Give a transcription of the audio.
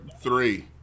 three